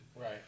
Right